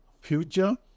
future